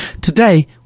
Today